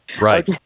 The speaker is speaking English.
right